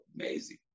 Amazing